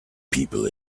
people